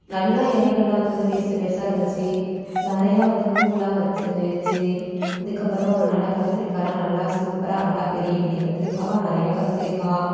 நல்லா இலைகள்லாம் வந்து நல்லா பெருசு பெருசாக இருந்துச்சு நிறையா வந்து பூவெலாம் வச்சிருச்சு அதுக்கப்புறம் நல்லா கத்தரிக்காலாம் நல்லா சூப்பராக நல்லா பெரிய பெரிய கத்தரிக்காவா நிறையா கத்திரிக்கா